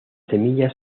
semillas